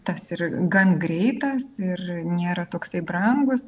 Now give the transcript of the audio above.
tas ir gan greitas ir nėra toksai brangus